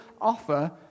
offer